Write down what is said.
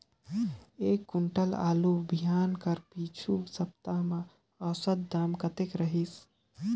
एक कुंटल आलू बिहान कर पिछू सप्ता म औसत दाम कतेक रहिस?